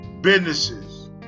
businesses